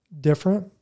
different